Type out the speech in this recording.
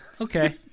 okay